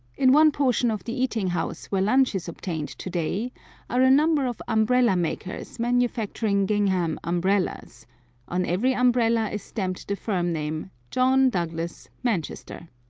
in one portion of the eating-house where lunch is obtained to-day are a number of umbrella-makers manufacturing gingham umbrellas on every umbrella is stamped the firm-name john douglas, manchester.